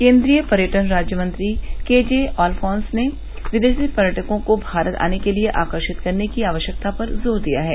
केन्द्रीय पर्यटन राज्यमंत्री के जे अल्फॉन्स ने विदेशी पर्यटकों को भारत आने के लिए आकर्षित करने की आवश्यकता पर जोर दिया है